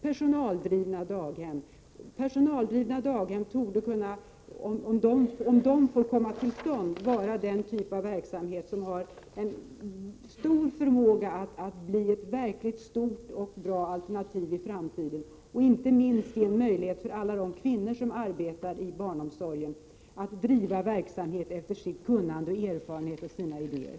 Personaldrivna daghem torde, om de får komma till stånd, vara den typ av verksamhet som har en stor förmåga att bli ett verkligt bra alternativ i framtiden, och den skulle inte minst ge möjlighet för alla de kvinnor som arbetar i barnomsorgen att driva verksamhet efter sitt kunnande, sina erfarenheter och idéer.